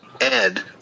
Ed